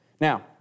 Now